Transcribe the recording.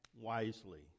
wisely